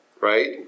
right